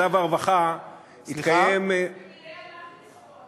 תשאל את זה יותר טוב.